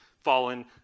fallen